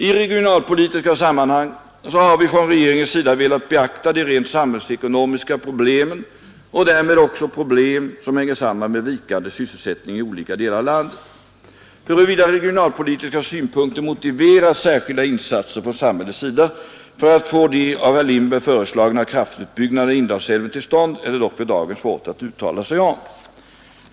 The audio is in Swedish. I regionalpolitiska sammanhang har vi från regeringens sida velat beakta de rent samhällsekonomiska problemen och därmed också problem som hänger samman med vikande sysselsättning i olika delar av landet. Huruvida regionalpolitiska synpunkter motiverar särskilda insatser från samhällets sida för att få de av herr Lindberg föreslagna kraftutbyggnaderna i Indalsälven till stånd är det dock för dagen svårt att uttala sig om.